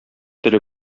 теле